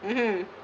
mmhmm